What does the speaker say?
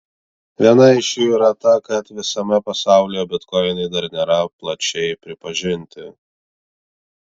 viena iš jų yra ta kad visame pasaulyje bitkoinai dar nėra plačiai pripažinti